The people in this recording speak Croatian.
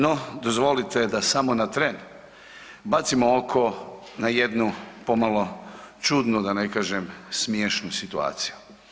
No, dozvolite da samo na tren bacimo oko na jednu pomalo čudnu da ne kažem smiješnu situaciju.